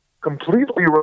completely